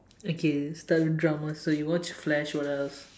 okay start with drama so you watched flash what else